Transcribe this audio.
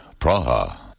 Praha